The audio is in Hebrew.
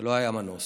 ולא היה מנוס,